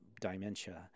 dementia